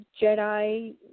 Jedi